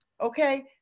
okay